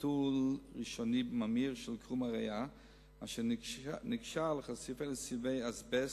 גידול ראשוני ממאיר של קרום הריאה אשר נקשר לחשיפה לסיבי אזבסט,